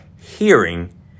hearing